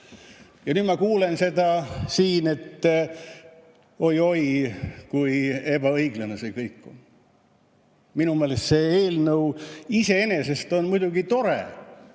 Ja nüüd ma kuulen seda siin, et oi-oi, kui ebaõiglane see kõik on. Minu meelest see eelnõu iseenesest on muidugi tore.